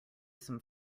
some